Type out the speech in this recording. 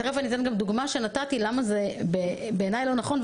תכף אני אתן גם דוגמה שנתתי למה בעיניי זה לא נכון.